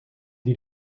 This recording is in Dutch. die